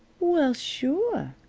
well, sure,